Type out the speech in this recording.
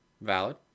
valid